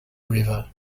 river